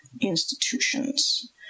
institutions